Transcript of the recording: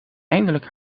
eindelijk